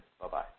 Bye-bye